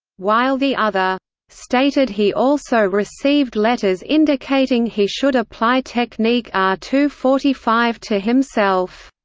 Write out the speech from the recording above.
while the other stated he also received letters indicating he should apply technique r two forty five to himself.